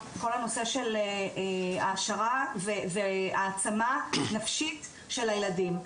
כל הנושא של העשרה והעצמה נפשית של הילדים,